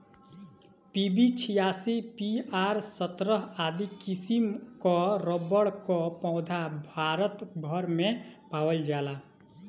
PB छियासी, PR सत्रह आदि किसिम कअ रबड़ कअ पौधा भारत भर में पावल जाला